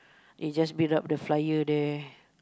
they just build up the flyer there